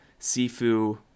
Sifu